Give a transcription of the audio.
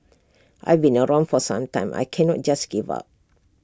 I've been around for some time I cannot just give up